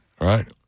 right